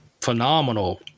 phenomenal